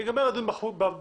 יגמר הדיון בוועדה,